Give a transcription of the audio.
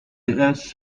beneath